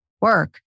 work